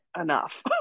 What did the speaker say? enough